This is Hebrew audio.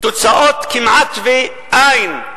תוצאות כמעט אין.